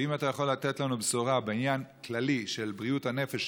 ואם אתה יכול לתת לנו בשורה בעניין הכללי של בריאות הנפש,